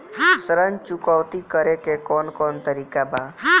ऋण चुकौती करेके कौन कोन तरीका बा?